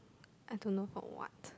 I don't know for what